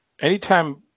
anytime